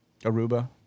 Aruba